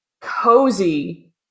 cozy